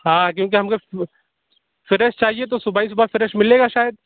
ہاں کیونکہ ہم کو فریش چاہیے تو صُبح ہی صُبح فریش ملے گا شاید